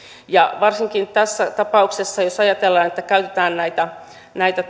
ja varsinkin tässä tapauksessa jos ajatellaan että käytetään vastaanottokeskuksissa näitä